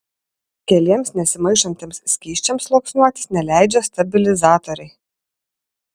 keliems nesimaišantiems skysčiams sluoksniuotis neleidžia stabilizatoriai